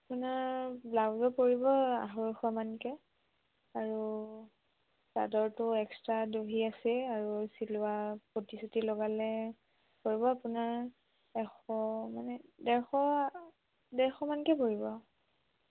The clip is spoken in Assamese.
আপোনাৰ ব্লাউজত পৰিব আঢ়ৈশমানকৈ আৰু চাদৰটো এক্সট্ৰা দহি আছেই আৰু চিলোৱা পটি চটি লগালে পৰিব আপোনাৰ এশ মানে ডেৰশ ডেৰশমানকৈ পৰিব